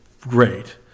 great